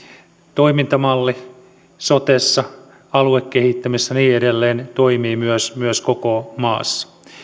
toimintamalli sotessa aluekehittämisessä ja niin edelleen toimii myös myös koko maassa